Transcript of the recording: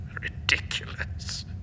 Ridiculous